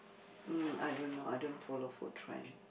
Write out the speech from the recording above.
mm I don't know I don't follow food trend